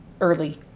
early